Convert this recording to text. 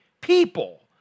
people